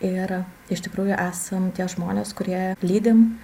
ir iš tikrųjų esam tie žmonės kurie lydim